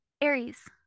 Aries